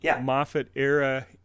Moffat-era